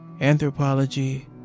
anthropology